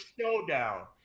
showdown